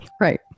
Right